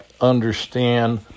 understand